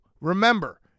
Remember